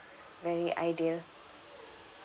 very ideal